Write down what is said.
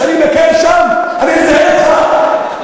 שאני אבקר שם, אני אזדהה אתך.